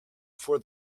for